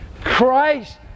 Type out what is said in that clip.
Christ